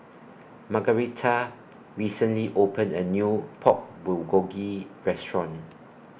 Margaretha recently opened A New Pork Bulgogi Restaurant